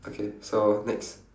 okay so next